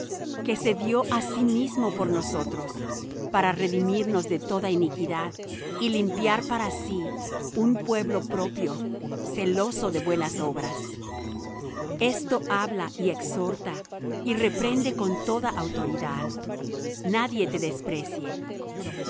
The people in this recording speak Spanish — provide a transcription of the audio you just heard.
que se dió á sí mismo por nosotros para redimirnos de toda iniquidad y limpiar para sí un pueblo propio celoso de buenas obras esto habla y exhorta y reprende con toda autoridad nadie te desprecie